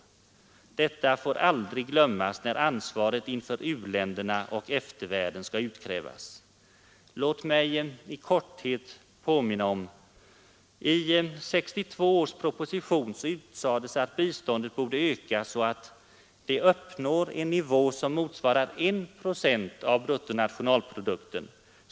Detta får aldrig glömmas när ansvaret inför u-länderna och eftervärlden skall utkrävas. Låt mig i korthet påminna om följande. I 1962 års proposition utsades att biståndet borde öka så att det ”uppnår en nivå som motsvarar 1 procent av bruttonationalprodukten.